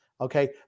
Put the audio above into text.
Okay